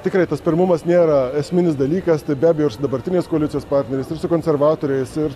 tikrai tas pirmumas nėra esminis dalykas tai be abejo ir su dabartinės koalicijos partneris ir su konservatoriais ir